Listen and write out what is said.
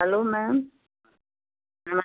hello ma'am नमस